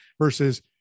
versus